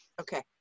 Okay